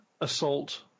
assault